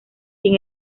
sin